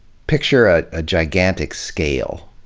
picture a ah gigantic scale.